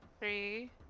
three